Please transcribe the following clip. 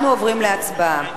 אנחנו עוברים להצבעה.